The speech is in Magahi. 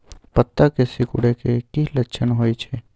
पत्ता के सिकुड़े के की लक्षण होइ छइ?